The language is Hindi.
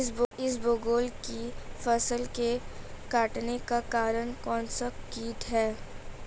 इसबगोल की फसल के कटने का कारण कौनसा कीट है?